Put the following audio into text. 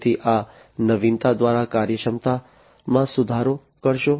તેથી આ નવીનતા દ્વારા કાર્યક્ષમતામાં સુધારો કરશો